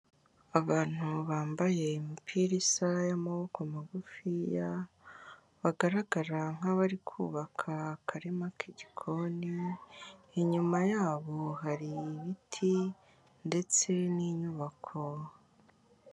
Abantu bambaye imipira isa y'amaboko magufiya, bagaragara nk'abari kubaka akarima k'igikoni, inyuma yabo hari ibiti ndetse n'inyubako.